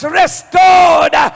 restored